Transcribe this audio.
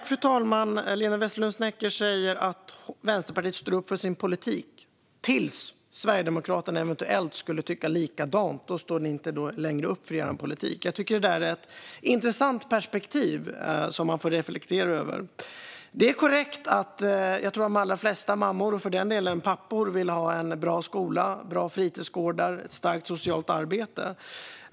Fru talman! Linda Westerlund Snecker säger att Vänsterpartiet står upp för sin politik, tills Sverigedemokraterna eventuellt skulle tycka likadant. Då står ni inte längre upp för er politik, Linda Westerlund Snecker. Det är ett intressant perspektiv, som man får reflektera över. Det är korrekt - jag tror att de allra flesta mammor och för den delen även pappor vill ha en bra skola, bra fritidsgårdar och ett starkt socialt arbete.